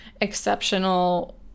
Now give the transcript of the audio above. exceptional